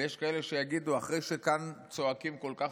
ויש כאלה שיגידו: אחרי שכאן צועקים כל כך